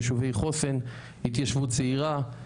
יישובי חוסן, התיישבות צעירה,